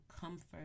comfort